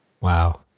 Wow